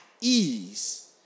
ease